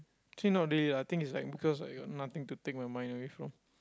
actually not really lah I think it's like because I got nothing to take my mind away from